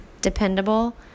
dependable